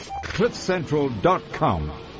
cliffcentral.com